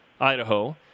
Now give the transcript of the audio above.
Idaho